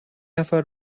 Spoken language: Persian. نفر